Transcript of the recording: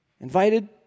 invited